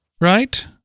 right